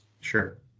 sure